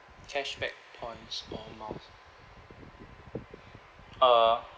cashback points or miles uh